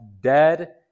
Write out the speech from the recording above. dead